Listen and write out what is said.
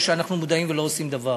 או שאנחנו מודעים ולא עושים דבר.